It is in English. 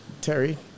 Terry